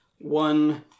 one